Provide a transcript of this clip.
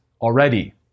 already